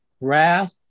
wrath